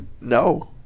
no